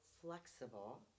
flexible